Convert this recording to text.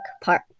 Park